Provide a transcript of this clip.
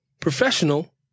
professional